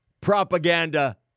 propaganda